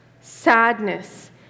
sadness